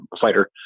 fighter